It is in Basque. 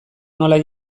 nola